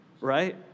Right